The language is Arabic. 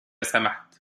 سمحت